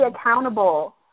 accountable